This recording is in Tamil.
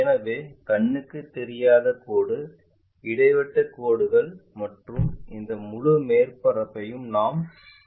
எனவே கண்ணுக்கு தெரியாத கோடு இடைவிட்டக் கோடுகள் மற்றும் இந்த முழு மேற்பரப்பையும் நாம் இந்த பொருளாக பார்ப்போம்